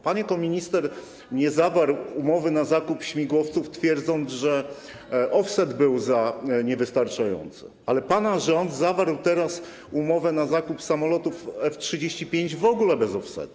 Pan jako minister nie zawarł umowy na zakup śmigłowców, twierdząc, że offset był niewystarczający, ale pana rząd zawarł teraz umowę na zakup samolotów F-35 w ogóle bez offsetu.